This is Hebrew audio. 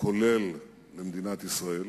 כולל למדינת ישראל,